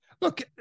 Look